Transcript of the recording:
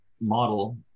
Model